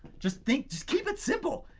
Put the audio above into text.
just think, just keep it simple.